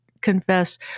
confess